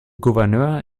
gouverneur